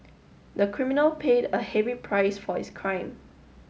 the criminal paid a heavy price for his crime